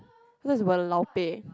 that's lao-peh